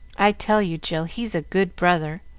i tell you, jill, he's a good brother!